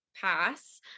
pass